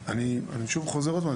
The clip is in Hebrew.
אני שוב חוזר עוד פעם,